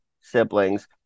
siblings